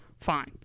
Fine